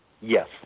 yes